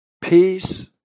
Peace